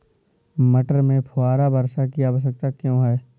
मटर में फुहारा वर्षा की आवश्यकता क्यो है?